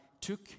took